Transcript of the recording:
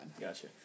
Gotcha